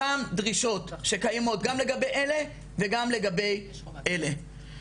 אותם דרישות שקיימות גם לגבי אלה וגם לגבי אלה.